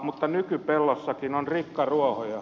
mutta nykypellossakin on rikkaruohoja